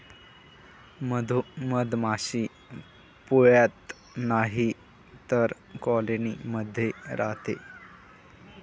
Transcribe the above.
मधमाशी पोळ्यात नाहीतर कॉलोनी मध्ये राहते